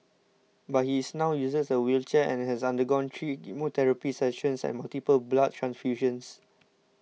but he is now uses a wheelchair and has undergone three chemotherapy sessions and multiple blood transfusions